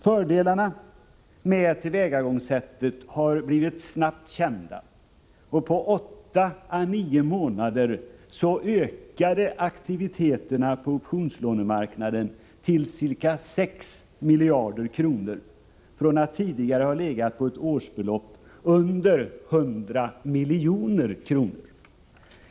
Fördelarna med det tillvägagångssättet har blivit snabbt kända. På åtta å nio månader ökade aktiviteterna på optionslånemarknaden till ca 6 miljarder kronor, från att tidigare ha legat på ett årsbelopp under 100 milj.kr.